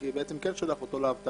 בעצם, אתה כן שולח אותו לאבטלה,